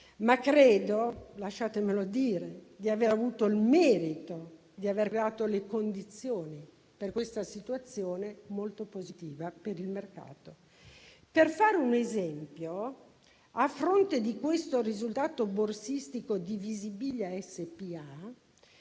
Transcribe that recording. Ma credo - lasciatemelo dire - di aver avuto il merito di aver creato le condizioni per questa situazione molto positiva per il mercato. Per fare un esempio, a fronte di tale risultato borsistico di Visibilia SpA,